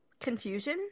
confusion